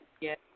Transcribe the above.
Yes